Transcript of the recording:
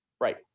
right